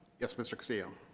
yes mr. castillo